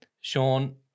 Sean